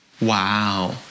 Wow